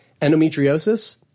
Endometriosis